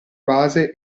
base